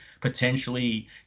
potentially